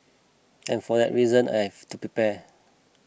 and for that reason I have to prepare